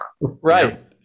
Right